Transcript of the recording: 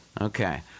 Okay